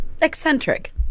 eccentric